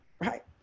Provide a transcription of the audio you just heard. Right